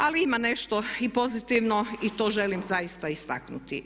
Ali ima nešto i pozitivno i to želim zaista istaknuti.